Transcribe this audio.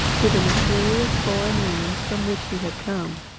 to the mysterious foreign lands from which he had come.